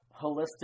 Holistic